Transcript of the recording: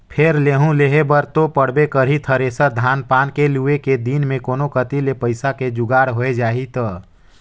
फेर लेहूं लेहे बर तो पड़बे करही थेरेसर, धान पान के लुए के दिन मे कोनो कति ले पइसा के जुगाड़ होए जाही त